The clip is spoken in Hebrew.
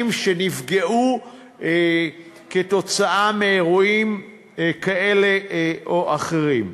שנפגעו כתוצאה מאירועים כאלה או אחרים.